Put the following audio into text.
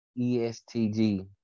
ESTG